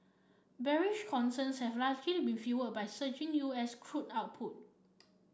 bearish concerns have largely been by surging U S crude output